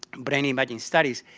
brain imaging studies,